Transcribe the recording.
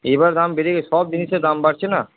এবার দাম বেড়ে গেছে সব জিনিসের দাম বাড়ছে না